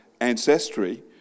ancestry